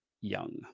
Young